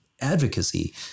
advocacy